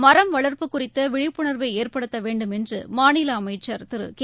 மரம் வள்ப்பு குறித்த விழிப்புணர்வை ஏற்படுத்த வேண்டும் என்று மாநில அமைச்சா் திரு கே